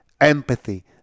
empathy